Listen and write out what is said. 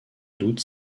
doute